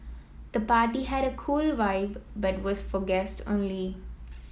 the party had a cool vibe but was for guest only